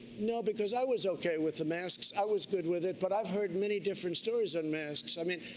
no, because i was okay with the masks. i was good with it. but i've heard many different stories on masks. i mean,